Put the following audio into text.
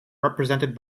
represented